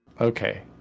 Okay